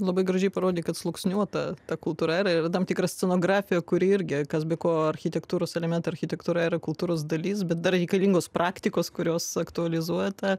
labai gražiai parodei kad sluoksniuota ta kultūra yra ir tam tikra scenografija kuri irgi kas be ko architektūros elementai architektūra yra kultūros dalis bet dar reikalingos praktikos kurios aktualizuoja tą